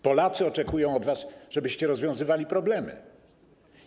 Polacy oczekują od was, żebyście rozwiązywali problemy.